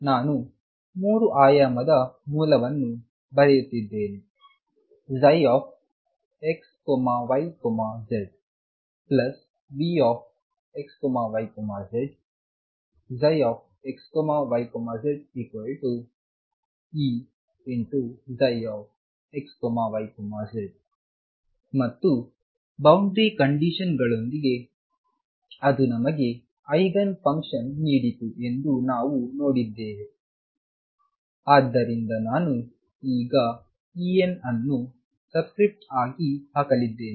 ನಾನು 3 ಆಯಾಮದ ಮೂಲವನ್ನು ಬರೆಯುತ್ತಿದ್ದೇನೆ ψxyz VxyzxyzEψxyz ಮತ್ತು ಬೌಂಡರಿ ಕಂಡೀಶನ್ ಗಳೊಂದಿಗೆ ಅದು ನಮಗೆ ಐಗನ್ ಫಂಕ್ಷನ್ ನೀಡಿತು ಎಂದು ನಾವು ನೋಡಿದ್ದೇವೆ ಆದ್ದರಿಂದ ನಾನು ಈಗ En ಅನ್ನು ಸಬ್ಸ್ಕ್ರಿಪ್ಟ್ ಆಗಿ ಹಾಕಲಿದ್ದೇನೆ